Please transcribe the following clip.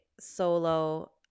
solo